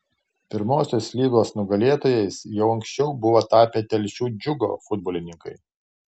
pirmosios lygos nugalėtojais jau anksčiau buvo tapę telšių džiugo futbolininkai